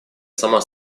сама